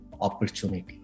opportunity